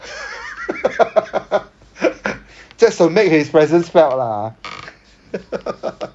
just to make his presence felt lah